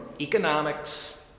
economics